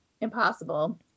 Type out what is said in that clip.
impossible